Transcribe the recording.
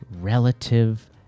relative